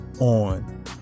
on